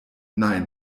nein